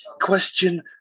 question